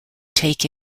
take